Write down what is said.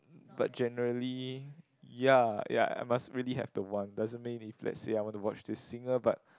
but generally ya ya must really have the one doesn't mean if let's say I want to watch this singer but